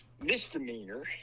misdemeanor